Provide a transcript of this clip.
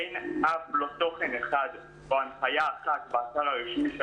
אין אף לא תוכן אחד או הנחיה אחת באתר הרשמי של